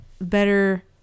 better